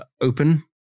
open